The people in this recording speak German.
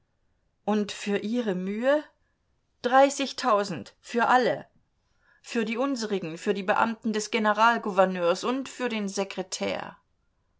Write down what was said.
und für ihre mühe dreißigtausend für alle für die unserigen für die beamten des generalgouverneurs und für den sekretär